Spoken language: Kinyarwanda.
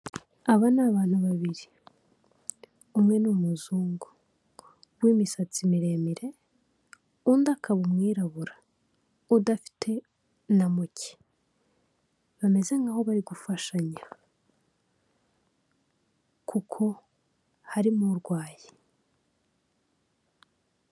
Aba ni abantu babiri umwe ni umuzungu w'imisatsi miremire, undi akaba umwirabura udafite na muke bameze nkaho bari gufashanya kuko harimo urwaye.